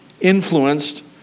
influenced